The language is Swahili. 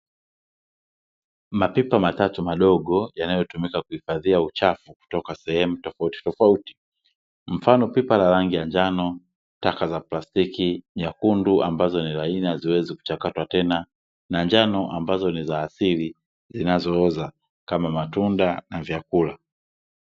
Mapipa matatu madogo yanayotumika kuhifadhia uchafu kutoka sehemu tofautitofauti. Mfano: pipa la rangi ya njano, taka za plasitiki; nyekundu ambazo ni laini haziwezi kuchakatwa tena; na njano ambazo ni za asili zinazooza kama matunda na vyakula.